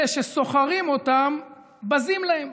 אלה ששוכרים אותם בזים להם.